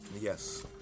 yes